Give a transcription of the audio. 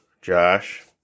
Josh